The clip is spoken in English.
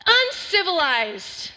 uncivilized